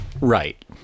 Right